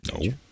No